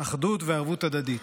אחדות וערבות הדדית.